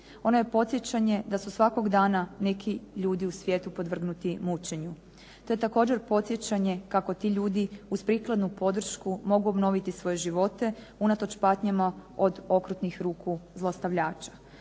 Ono je podsjećanje da su svakog dana neki ljudi u svijetu podvrgnuti mučenju. To je također podsjećanje kako ti ljudi uz prikladnu podršku mogu obnoviti svoje živote unatoč patnjama od okrutnih ruku zlostavljača.